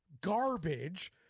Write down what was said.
garbage